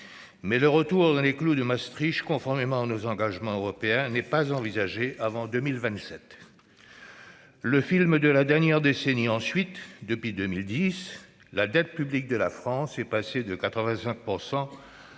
Mais le retour dans les clous de Maastricht, conformément à nos engagements européens, n'est pas envisagé avant 2027. Le film de la dernière décennie, ensuite. Depuis 2010, la dette publique de la France est passée de 85